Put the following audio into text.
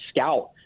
scout